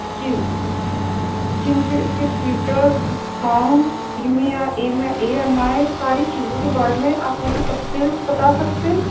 جی جی مجھے اِس کے features discount E M I ساری چیزوں کے بارے میں آپ مجھے تفصیل سے بتا سکتے ہیں